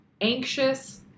anxious